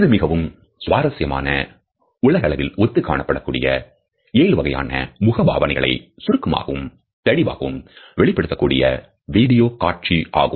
இது மிகவும் சுவாரசியமான உலகளவில் ஒத்துக் காணப்படக்கூடிய ஏழுவகையான முகபாவனைகளை சுருக்கமாகவும் தெளிவாகவும் வெளிப்படுத்தக்கூடிய வீடியோ காட்சி ஆகும்